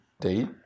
date